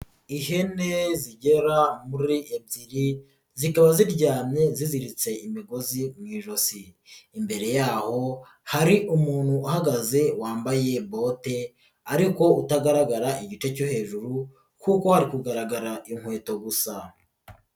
Ihene zigera muri ebyiri zikaba ziryamye zimuritse imigozi mu ijosi, imbere yaho hari umuntu uhagaze wambaye bote ariko utagaragara igice cyo hejuru kuko hari kugaragara inkweto gusa.